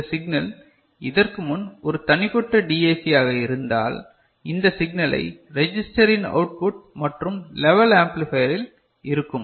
இந்த சிக்னல் இதற்குமுன் ஒரு தனிப்பட்ட டி ஏ சி ஆக இருந்தால் இந்த சிக்னலை ரெஜிஸ்டர் இன் அவுட்புட் மற்றும் லெவல் ஆம்ப்ளிபைய ரில் இருக்கும்